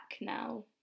now